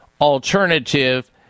alternative